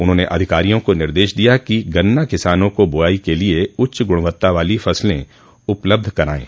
उन्होंने अधिकारियों को निर्देश दिया कि गन्ना किसानों को बुआई के लिए उच्च गुणवत्ता वाली फसलें उपलब्ध करायें